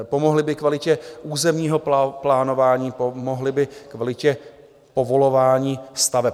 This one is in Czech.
Pomohly by kvalitě územního plánování, pomohly by kvalitě povolování staveb.